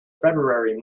february